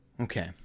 Okay